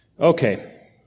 Okay